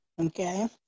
Okay